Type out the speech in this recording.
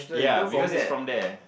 ya because it's from there